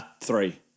three